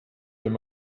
wenn